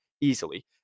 easily